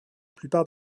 plupart